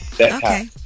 Okay